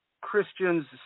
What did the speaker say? Christian's